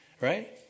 right